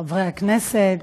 חברי הכנסת,